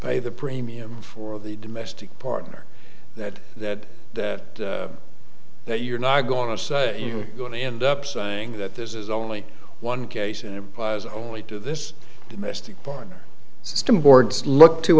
pay the premium for the domestic partner that that that that you're not going to say you're going to end up saying that this is only one case and applies only to this domestic partner